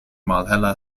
malhela